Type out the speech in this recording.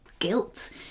guilt